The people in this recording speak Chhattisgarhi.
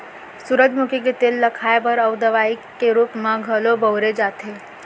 सूरजमुखी के तेल ल खाए बर अउ दवइ के रूप म घलौ बउरे जाथे